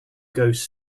ghost